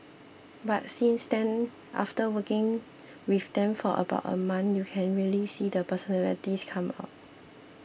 but since then after working with them for about a month you can really see their personalities come out